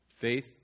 Faith